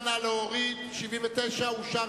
סעיף 85, לשנת 2009, נתקבל.